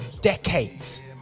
decades